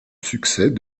succès